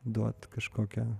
duot kažkokią